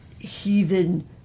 heathen